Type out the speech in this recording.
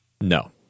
No